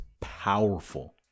powerful